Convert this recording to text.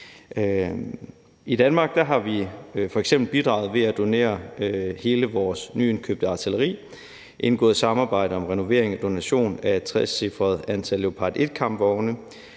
I Danmark har vi f.eks. bidraget ved at donere hele vores nyindkøbte artilleri, indgået samarbejde om renovering af donation af et trecifret antal Leopard 1-kampvogne.